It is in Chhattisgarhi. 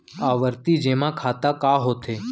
आवर्ती जेमा खाता का होथे?